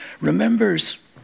remembers